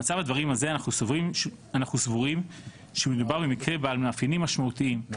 במצב הדברים הזה אנחנו סבורים שמדובר במקרה בעל מאפיינים משמעותיים של